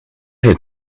did